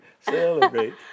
celebrate